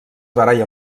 baralla